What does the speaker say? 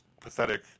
pathetic